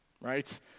right